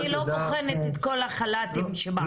אני לא בוחנת את כל החל"תים שבעולם,